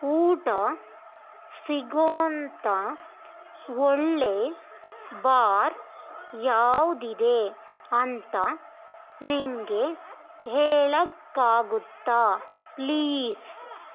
ಊಟ ಸಿಗೊ ಅಂಥ ಒಳ್ಳೆಯ ಬಾರ್ ಯಾವುದಿದೆ ಅಂತ ನಿನಗೆ ಹೇಳೋಕ್ಕಾಗುತ್ತಾ ಪ್ಲೀಸ್